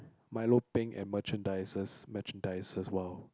milo peng and merchandises merchandises !wow!